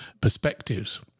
perspectives